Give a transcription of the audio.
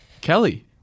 Kelly